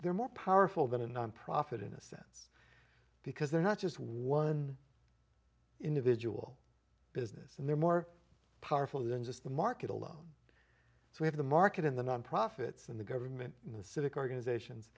they're more powerful than a nonprofit in a sense because they're not just one individual business and they're more powerful than just the market alone so we have the market in the nonprofits in the government in the civic organizations